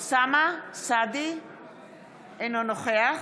אינו נוכח